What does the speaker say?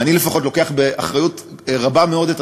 ואני לפחות לוקח באחריות רבה מאוד את